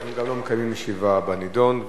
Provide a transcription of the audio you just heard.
ואנחנו גם לא מקיימים הצבעה בנדון.